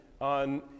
on